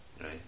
right